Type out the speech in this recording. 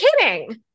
kidding